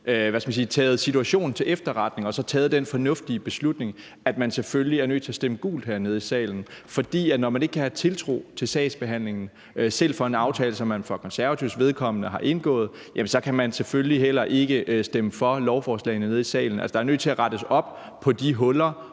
har taget situationen til efterretning og taget den fornuftige beslutning, at man selvfølgelig er nødt til at stemme gult hernede i salen. For når man ikke kan have tiltro til sagsbehandlingen, selv for en aftale, som man for Konservatives vedkommende har indgået, kan man selvfølgelig heller ikke stemme for lovforslagene nede i salen. Altså, der er nødt til at blive rettet op på de huller